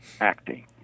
Acting